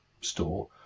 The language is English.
store